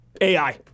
AI